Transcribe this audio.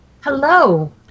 hello